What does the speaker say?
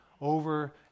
over